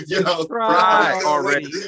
already